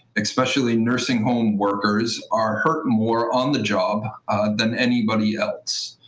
especially nursing home workers, are hurt more on the job than anybody else.